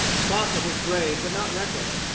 crockett was brave, but not reckless.